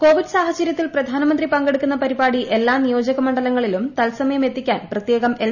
Covid സാഹചര്യത്തിൽ പ്രധാനമന്ത്രി പങ്കെടുക്കുന്ന പരിപാടി എല്ലാ നിയോജകമണ്ഡലങ്ങളിലും തത്സമയം എത്തിക്കാൻ പ്രത്യേകം എൽ